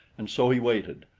and so he waited,